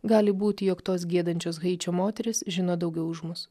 gali būti jog tos giedančios gaidžio moterys žino daugiau už mus